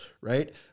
right